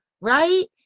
right